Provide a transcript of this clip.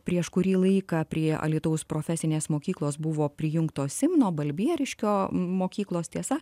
prieš kurį laiką prie alytaus profesinės mokyklos buvo prijungtos simno balbieriškio mokyklos tiesa